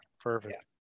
Perfect